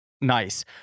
Nice